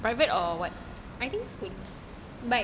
I think school but